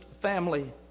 family